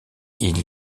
ils